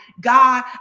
God